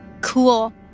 Cool